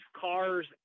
cars